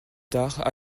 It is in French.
tard